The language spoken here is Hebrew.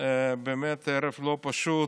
לא פשוט,